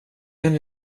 den